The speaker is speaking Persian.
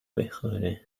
بخوره